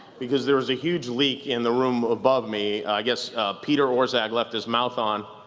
because there was a huge leak in the room above me. i guess peter orszag left his mouth on.